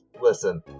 Listen